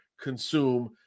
consume